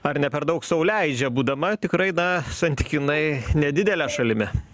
ar ne per daug sau leidžia būdama tikrai na santykinai nedidele šalimi